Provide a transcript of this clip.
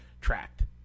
tracked